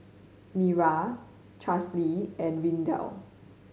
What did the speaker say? Miriah Charlsie and Lydell